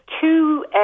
two